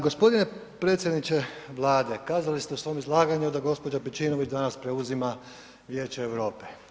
Gospodine predsjedniče Vlade, kazali ste u svom izlaganju da gospođa Pejčinović danas preuzima Vijeće Europe.